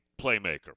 playmaker